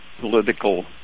political